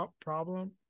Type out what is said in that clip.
problem